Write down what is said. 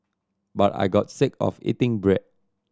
but I got sick of eating bread